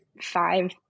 five